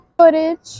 footage